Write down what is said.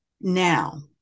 Now